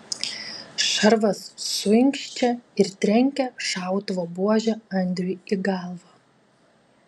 šarvas suinkščia ir trenkia šautuvo buože andriui į galvą